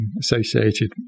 associated